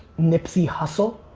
nipsey hussle,